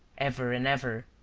ever and ever,